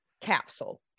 capsule